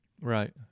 Right